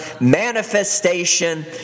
manifestation